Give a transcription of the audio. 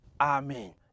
Amen